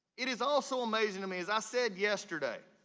it is also amazing to me, as i said yesterday,